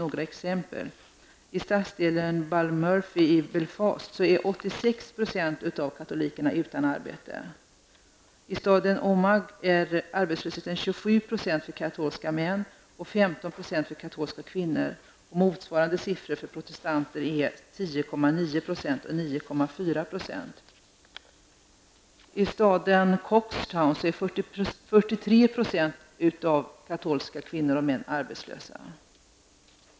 Några exempel: I stadsdelen Ballymurphy i Belfast är 86 % av katolikerna utan arbete. I staden Omagh är 27 % katolska män och 15 % katolska kvinnor arbetslösa, motsvarande siffror för protestanterna är 10,9 % och 9,4 %. I staden Cookstown är 43 % av de katolska kvinnorna och männen arbetslösa.